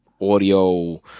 audio